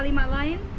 my wife